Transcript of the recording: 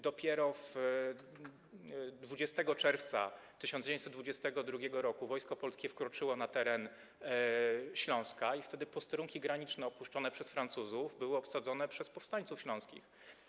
Dopiero 20 czerwca 1922 r. Wojsko Polskie wkroczyło na teren Śląska i wtedy posterunki graniczne opuszczone przez Francuzów były obsadzone przez powstańców śląskich.